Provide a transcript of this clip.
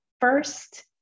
First